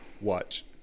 watch